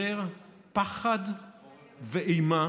ישתררו פחד ואימה